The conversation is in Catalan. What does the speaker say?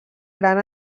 gran